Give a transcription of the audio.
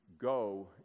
Go